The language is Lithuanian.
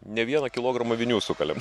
ne vieną kilogramą vinių sukalėm